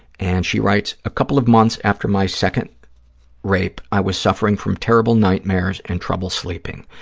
and she writes, a couple of months after my second rape, i was suffering from terrible nightmares and trouble sleeping.